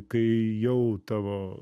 kai jau tavo